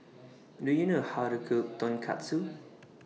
Do YOU know How to Cook Tonkatsu